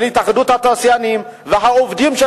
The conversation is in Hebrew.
התאחדות התעשיינים והעובדים,